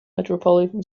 metropolitan